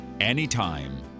anytime